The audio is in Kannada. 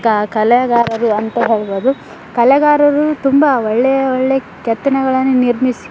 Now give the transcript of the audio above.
ಕ ಕಲೆಗಾರರು ಅಂತ ಹೇಳ್ಬೋದು ಕಲೆಗಾರರು ತುಂಬ ಒಳ್ಳೆಯ ಒಳ್ಳೆ ಕೆತ್ತನೆಗಳನ್ನ ನಿರ್ಮಿಸಿ